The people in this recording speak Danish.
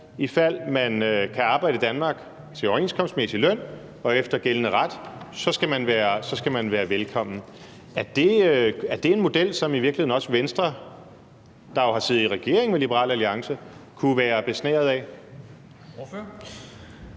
fald man kan arbejde i Danmark til overenskomstmæssig løn og efter gældende ret, så skal være velkommen. Er det en model, som Venstre, der jo har siddet i regering med Liberal Alliance, i virkeligheden